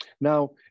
now